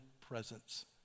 presence